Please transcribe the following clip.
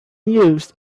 news